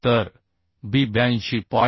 तर B 82